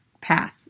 path